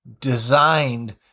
designed